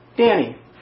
Danny